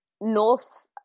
North